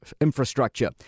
infrastructure